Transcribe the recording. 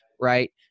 right